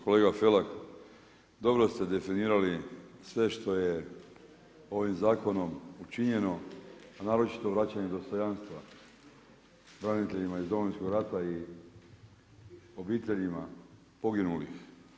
Kolega Felak, dobro ste definirali sve što je ovim zakonom učinjeno, a naročito vraćanje dostojanstva braniteljima iz Domovinskog rata i obiteljima poginulih.